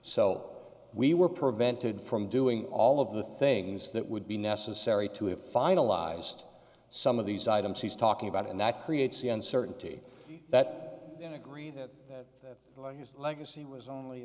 so we were prevented from doing all of the things that would be necessary to have finalized some of these items he's talking about and that creates the uncertainty that agreed that his legacy was only